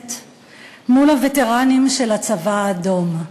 בכנסת מול הווטרנים של הצבא האדום.